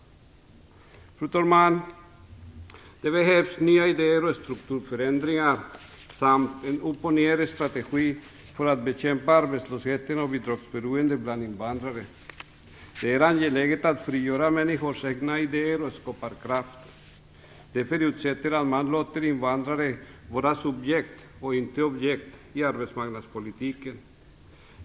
Fru talman! Det behövs nya idéer och strukturförändringar samt en "upp-och-ner-strategi" för att bekämpa arbetslösheten och bidragsberoendet bland invandrare. Det är angeläget att frigöra människors egna idéer och skaparkraft. Det förutsätter att man låter invandrare vara subjekt och inte objekt i arbetsmarknadspolitiken.